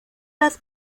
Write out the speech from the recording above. las